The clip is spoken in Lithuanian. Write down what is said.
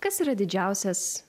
kas yra didžiausias